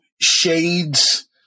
shades